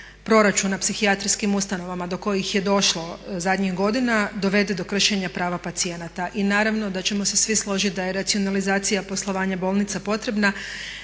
proračuna psihijatrijskih ustanovama do kojih je došlo zadnjih godina dovede do kršenja prava pacijenata. I naravno da ćemo se svi složiti da je racionalizacija poslovanja bolnica potrebna.